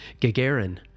Gagarin